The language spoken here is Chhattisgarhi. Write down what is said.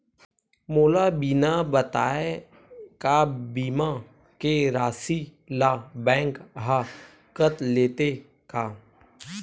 मोला बिना बताय का बीमा के राशि ला बैंक हा कत लेते का?